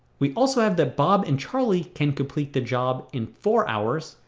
we also have that bob and charlie can complete the job in four hours,